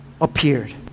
appeared